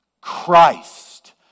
Christ